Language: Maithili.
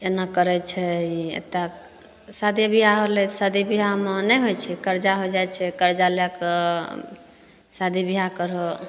एना करय छै ई एतय शादी बियाह होलय शादी बियाहमे नहि होइ छै कर्जा हो जाइ छै कर्जा लए कऽ शादी बियाह करहो